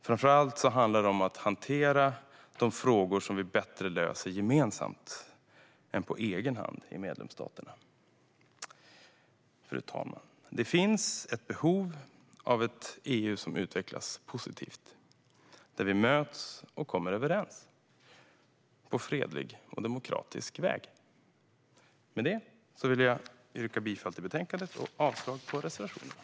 Framför allt handlar det om att hantera de frågor som vi bättre löser gemensamt än på egen hand i medlemsstaterna. Fru talman! Det finns ett behov av ett EU som utvecklas positivt, där vi möts och kommer överens på fredlig och demokratisk väg. Med detta vill jag yrka bifall till utskottets förslag i betänkandet och avslag på reservationerna.